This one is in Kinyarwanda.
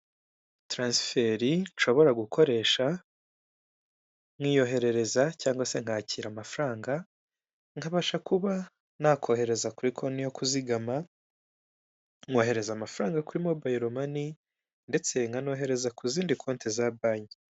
Taransiferi nshobora gukoresha nkiyoherereza cyangwa se nkakira amafaranga nkabasha kuba nakohereza kuri konti yo kuzigama, nkohererereza amafaranga kuri mobayiro mani, ndetse nkanohereza ku zindi konti za banki.